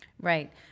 Right